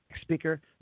Speaker